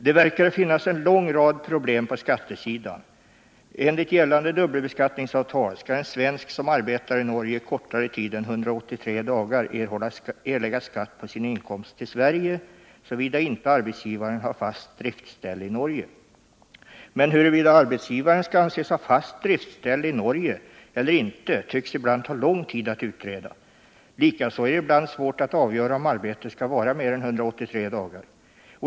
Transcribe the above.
Det verkar finnas en lång rad problem på skattesidan. Enligt gällande dubbelbeskattningsavtal skall en svensk som arbetar i Norge kortare tid än 183 dagar erlägga skatt på sin inkomst till Sverige, såvida inte arbetsgivaren har fast driftställe i Norge. Huruvida arbetsgivaren skall anses ha fast driftställe i Norge eller inte tycks ibland ta lång tid att utreda. Likaså är det ibland svårt att avgöra om arbetet skall vara mera än 183 dagar.